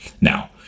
Now